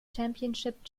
championship